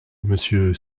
monsieur